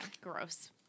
gross